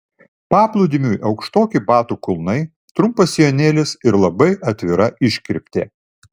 paplūdimiui aukštoki batų kulnai trumpas sijonėlis ir labai atvira iškirptė